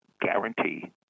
guarantee